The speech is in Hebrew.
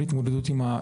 דברים.